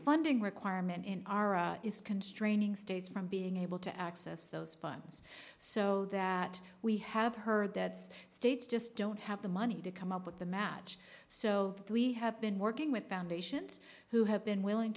funding requirement in r is constraining states from being able to access those funds so that we have heard that states just don't have the money to come up with the match so we have been working with foundations who have been willing